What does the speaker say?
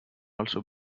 also